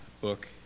book